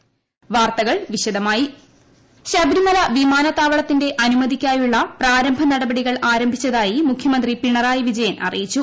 വിമാന സർവീസ് ശബരിമല വിമാനത്താവളത്തിന്റെ അനുമതിക്കായുള്ള പ്രാരംഭ നടപടികൾ ആരംഭിച്ചതായി മുഖ്യമന്ത്രി പിണറായി വിജയൻ അറിയിച്ചു